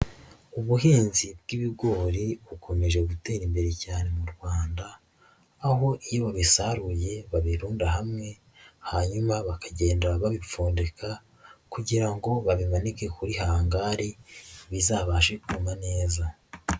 Ubuhinzi bw'ibigori bukomeje gutera imbere cyane mu Rwanda aho iyo babisaruye babirunda hamwe hanyuma bakagenda babipfundika kugira ngo babimanike kuri hangari bizabashe kuguma neza.